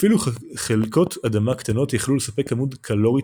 אפילו חלקות אדמה קטנות יכלו לספק כמות קלוריות